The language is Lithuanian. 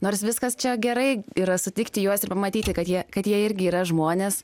nors viskas čia gerai yra sutikti juos ir pamatyti kad jie kad jie irgi yra žmonės